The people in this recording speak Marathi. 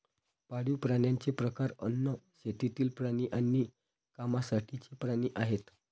पाळीव प्राण्यांचे प्रकार अन्न, शेतातील प्राणी आणि कामासाठीचे प्राणी आहेत